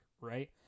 right